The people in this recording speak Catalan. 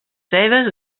seves